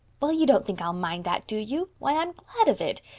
well, you don't think i'll mind that, do you? why, i'm glad of it.